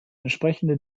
entsprechende